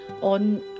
on